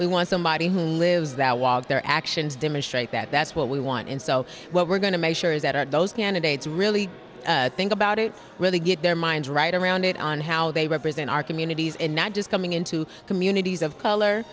we want somebody who lives that their actions demonstrate that that's what we want and so what we're going to make sure is that are those candidates really think about it really get their minds right around it on how they represent our communities and not just coming into communities of color